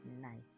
night